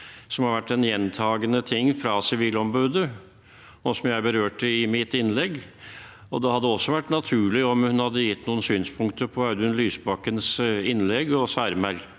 som har vært en gjentakende ting fra Sivilombudet, og som jeg berørte i mitt innlegg. Da hadde det også vært naturlig om hun hadde gitt noen synspunkter på Audun Lysbakkens innlegg og særmerknaden